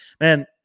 man